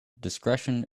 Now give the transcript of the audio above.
discretion